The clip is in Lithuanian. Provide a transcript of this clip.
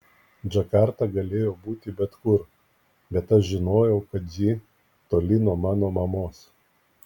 džakarta galėjo būti bet kur bet aš žinojau kad ji toli nuo mano mamos